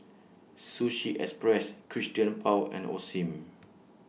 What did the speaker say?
Sushi Express Christian Paul and Osim